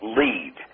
lead